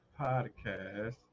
Podcast